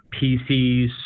PCs